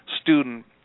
student